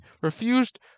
refused